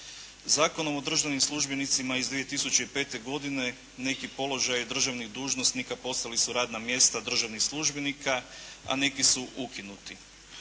Zakonom o državnim službenicima iz 2005. godine neki položaji državnih dužnosnika postali su radna mjesta državnih službenika, a neki su ukinuti.